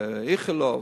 ב"איכילוב",